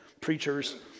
preachers